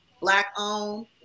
black-owned